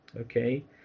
okay